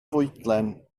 fwydlen